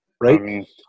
right